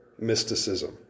mysticism